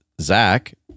Zach